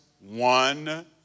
one